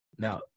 Now